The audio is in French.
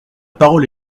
parole